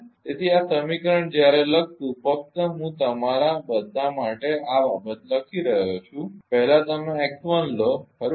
તેથી આ સમીકરણ જયારે લખશું ફક્ત હું તમારા બધા માટે આ બાબત લખી રહ્યો છું પહેલા તમે x1 લો ખરું ને